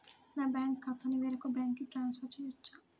నా బ్యాంక్ ఖాతాని వేరొక బ్యాంక్కి ట్రాన్స్ఫర్ చేయొచ్చా?